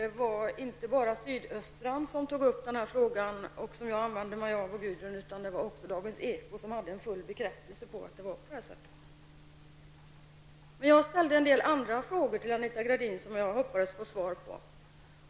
Det var nämligen inte bara Sydöstra, som tog upp den här frågan och som jag och Gudrun Schyman använde oss av, utan även Dagens eko bekräftade att det var på det här sättet. Jag ställde även en del andra frågor till Anita Gradin som jag hoppades få svar på.